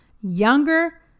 younger